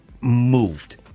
moved